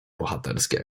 bohaterskiej